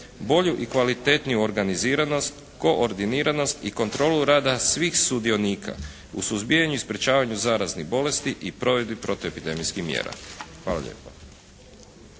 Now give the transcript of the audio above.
bolju i kvalitetniju organiziranost, koordiniranost i kontrolu rada svih sudionika u suzbijanju i sprječavanju zaraznih bolesti i provedbi protuepidemijskih mjera. Hvala lijepo.